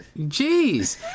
Jeez